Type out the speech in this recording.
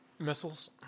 Missiles